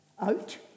out